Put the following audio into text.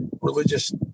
religious